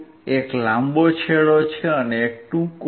એક લાંબો છેડો છે અને એક ટૂંકો છે